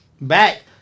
back